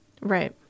right